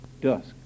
dusk